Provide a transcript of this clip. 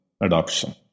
adoption